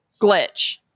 glitch